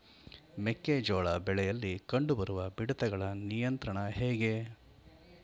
ಮೆಕ್ಕೆ ಜೋಳ ಬೆಳೆಯಲ್ಲಿ ಕಂಡು ಬರುವ ಮಿಡತೆಗಳ ನಿಯಂತ್ರಣ ಹೇಗೆ?